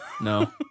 No